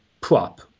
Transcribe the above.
prop